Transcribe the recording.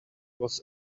was